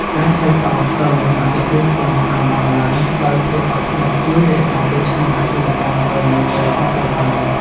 ការឆ្លើយតបទៅនឹងមតិរិះគន់តាមអនឡាញដោយភាពអត់ធ្មត់ជួយរក្សាកេរ្តិ៍ឈ្មោះអាជីវកម្មឱ្យនៅតែល្អប្រសើរ។